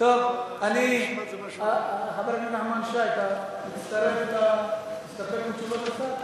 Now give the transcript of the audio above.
חבר הכנסת נחמן שי, אתה מסתפק בתשובת השר?